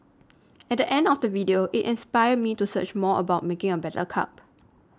at the end of the video it inspired me to search more about making a better cup